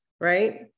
right